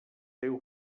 teu